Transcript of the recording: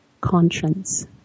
conscience